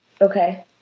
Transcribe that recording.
Okay